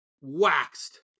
waxed